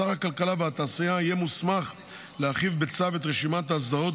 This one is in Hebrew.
שר הכלכלה והתעשייה יהיה מוסמך להרחיב בצו את רשימת האסדרות,